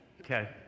Okay